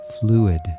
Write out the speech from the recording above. fluid